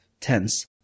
tense